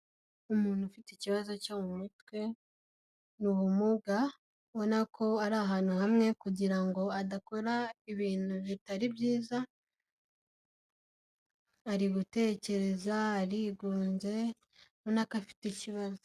Umuntu ufite ikibazo cyo mu mutwe n'ubumuga ubona ko ari ahantu hamwe kugira ngo adakora ibintu bitari byiza arigutekereza arigunze ubona ko afite ikibazo.